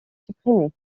supprimée